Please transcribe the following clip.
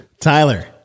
Tyler